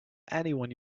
anyone